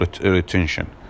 retention